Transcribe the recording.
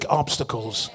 obstacles